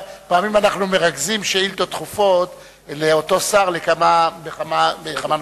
אנחנו מרכזים שאילתות דחופות לאותו שר בכמה וכמה נושאים.